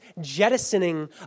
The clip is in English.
jettisoning